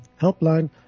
helpline